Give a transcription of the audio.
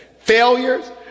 failures